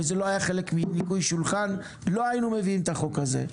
ואם זה לא היה חלק מניקוי שולחן לא היינו מביאים את החוק הזה,